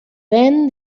then